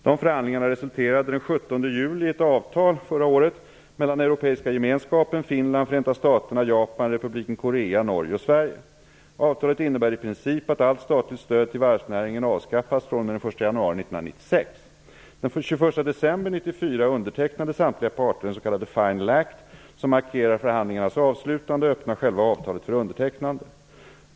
Dessa förhandlingar resulterade den 17 juli förra året i ett avtal mellan Europeiska gemenskapen, Finland, Förenta staterna, Japan, 21 december 1994 undertecknade samtliga parter den s.k. Final Act som markerar förhandlingarnas avslutande och öppnar själva avtalet för undertecknande.